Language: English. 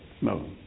No